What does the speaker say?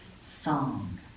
song